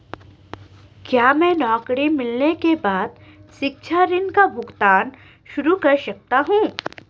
क्या मैं नौकरी मिलने के बाद शिक्षा ऋण का भुगतान शुरू कर सकता हूँ?